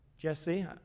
Jesse